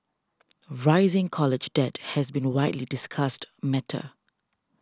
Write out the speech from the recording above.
rising college debt has been a widely discussed matter